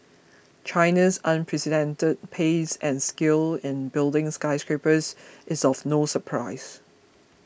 China's unprecedented pace and scale in building skyscrapers is of no surprise